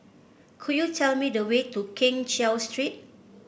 could you tell me the way to Keng Cheow Street